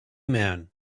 man